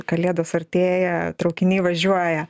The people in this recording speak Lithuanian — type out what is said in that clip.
kalėdos artėja traukiniai važiuoja